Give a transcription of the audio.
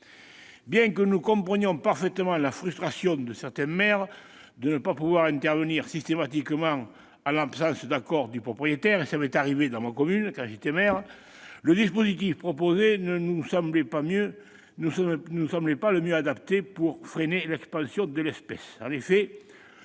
Bien que comprenant parfaitement la frustration de certains maires de ne pas pouvoir intervenir systématiquement en l'absence d'accord du propriétaire- cela m'est arrivé lorsque j'étais maire -, le dispositif proposé ne nous semblait pas le mieux adapté pour freiner l'expansion de l'espèce.